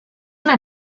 una